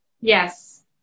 yes